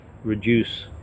Reduce